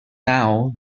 now